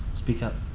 speak up.